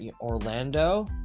Orlando